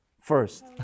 first